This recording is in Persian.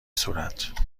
صورت